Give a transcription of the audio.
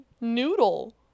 noodle